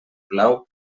blau